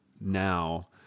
now